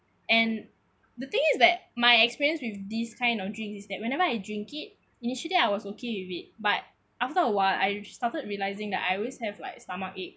and the thing is that my experience with this kind of drinks is that whenever I drink it initially I was okay with it but after awhile I started realising that I always have like stomach ache